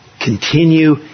Continue